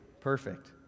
Perfect